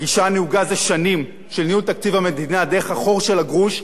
הגישה הנהוגה זה שנים של ניהול תקציב המדינה דרך החור של הגרוש,